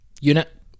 Unit